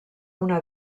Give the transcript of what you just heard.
una